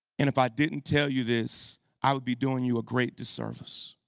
and if i didn't tell you this i would be doing you a great disservice.